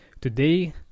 Today